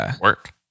work